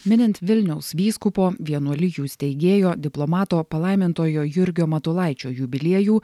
minint vilniaus vyskupo vienuolijų steigėjo diplomato palaimintojo jurgio matulaičio jubiliejų